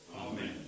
Amen